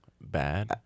bad